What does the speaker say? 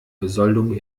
besoldung